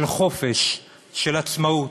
של חופש, של עצמאות.